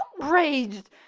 outraged